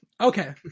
Okay